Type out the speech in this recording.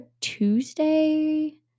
Tuesday